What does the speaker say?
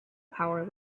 power